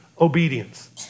obedience